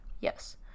Yes